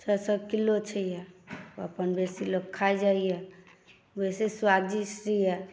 छओ सओ किलो छैए वएह अपन बेसी लोक खाइ जाइए बेसी स्वादिष्ट अइ